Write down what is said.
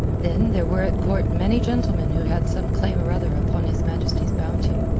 then, there were at court many gentlemen who had some claim or other upon his majesty's bounty.